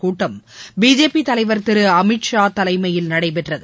கூட்டம் பிஜேபி தலைவர் திரு அமித்ஷா தலைமையில் நடைபெற்றது